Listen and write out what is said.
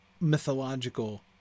mythological